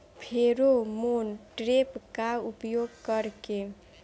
Pheromone trap का उपयोग कर के?